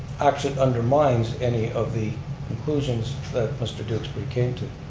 actually undermines any of the conclusions that mr. duxbury came to.